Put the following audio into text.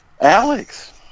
Alex